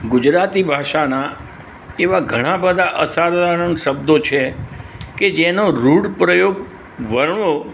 ગુજરાતી ભાષાના એવા ઘણા બધા અસાધારણ શબ્દો છે કે જેનો રૂઢ પ્રયોગ વર્ણો